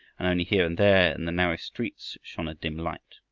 and only here and there in the narrow streets shone a dim light.